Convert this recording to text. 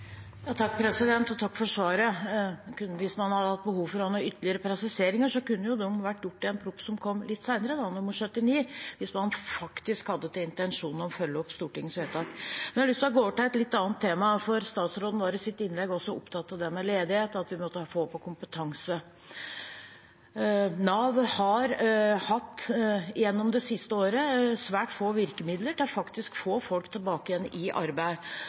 Takk for svaret. Hvis man hadde hatt behov for å ha noen ytterligere presiseringer, kunne jo det vært gjort i en proposisjon som kom litt senere – i Prop. 79 S for 2021–2021 – hvis man faktisk hadde til intensjon å følge opp Stortingets vedtak. Men jeg har lyst til å gå over til et litt annet tema, for statsråden var i sitt innlegg også opptatt av det med ledighet, og at vi måtte se på kompetanse. Nav har gjennom det siste året hatt svært få virkemidler til faktisk å få folk tilbake igjen i arbeid.